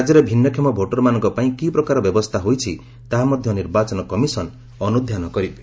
ରାଜ୍ୟରେ ଭିନୃଷମ ଭୋଟମାନଙ୍କ ପାଇଁ କି ପ୍ରକାର ବ୍ୟବସ୍ଥା ହୋଇଛି ତାହା ମଧ୍ୟ ନିର୍ବାଚନ କମିଶନ୍ ଅନୁଧ୍ୟାନ କରିବେ